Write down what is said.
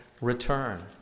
return